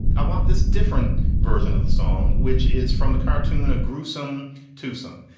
i want this different version of the song, which is from the cartoon, a gruesome twosome,